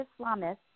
Islamists